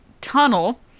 tunnel